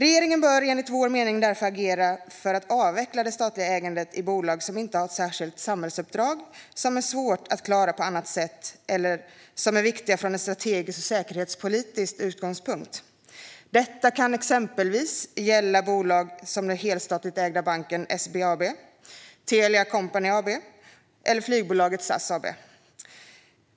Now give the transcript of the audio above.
Enligt vår mening bör regeringen därför agera för att avveckla det statliga ägandet i bolag som inte har ett särskilt samhällsuppdrag som är svårt att klara på annat sätt eller som är viktiga från en strategisk och säkerhetspolitisk utgångspunkt. Detta gäller exempelvis bolag som den helstatligt ägda banken SBAB, Telia Company AB och flygbolaget SAS AB.